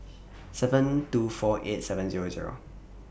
seven two four eight seven Zero Zero